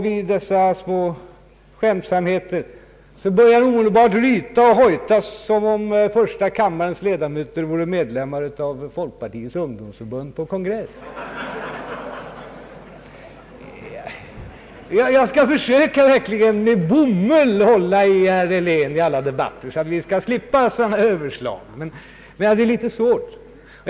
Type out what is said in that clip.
Vid dessa små skämtsamheter börjar han omedelbart ryta och hojta som om första kammarens ledamöter vore medlemmar av folkpartiets ungdomsförbund på kongress. Jag skall verkligen försöka att med bomull hålla i herr Helén under alla debatter så att vi skall slippa sådana här överslag. Men det är litet svårt.